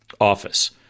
office